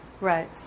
right